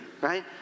right